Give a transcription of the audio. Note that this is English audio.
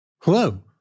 Hello